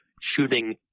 shooting